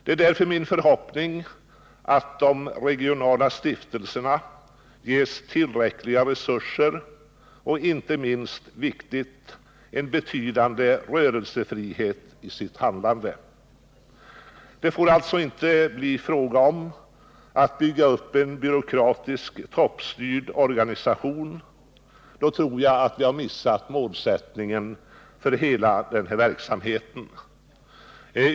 Det är därför min förhoppning att de regionala stiftelserna ges tillräckliga resurser och —- inte minst viktigt — en betydande rörelsefrihet i sitt handlande. Det får alltså inte bli fråga om att bygga upp en byråkratisk toppstyrd organisation — då tror jag att vi missar målsättningen för hela den här verksamheten.